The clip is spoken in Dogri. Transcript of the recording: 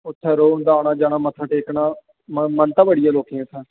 उत्थै रोज़ आना जाना मत्था टेकना मानता बड़ी ऐ लोकें गी उत्थै